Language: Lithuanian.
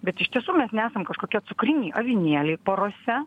bet iš tiesų mes nesam kažkokie cukriniai avinėliai porose